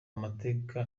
amategeko